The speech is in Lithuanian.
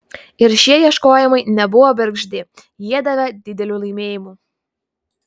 ir šie ieškojimai nebuvo bergždi jie davė didelių laimėjimų